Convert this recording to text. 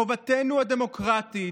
חובתנו הדמוקרטית,